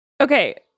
Okay